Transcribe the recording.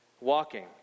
walking